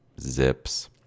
zips